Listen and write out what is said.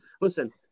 listen